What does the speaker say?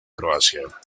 croacia